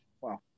wow